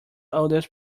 oldest